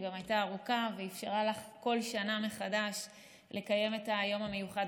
שגם הייתה ארוכה ואפשרה לך לקיים את היום המיוחד